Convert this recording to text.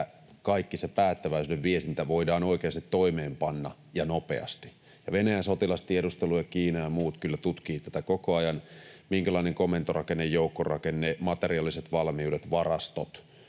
kaikki se päättäväisyyden viestintä voidaan oikeasti toimeenpanna ja nopeasti. Venäjän sotilastiedustelu ja Kiina ja muut kyllä tutkivat tätä koko ajan, minkälainen komentorakenne, joukkorakenne, materiaaliset valmiudet, varastot,